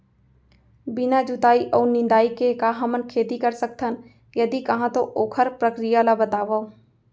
बिना जुताई अऊ निंदाई के का हमन खेती कर सकथन, यदि कहाँ तो ओखर प्रक्रिया ला बतावव?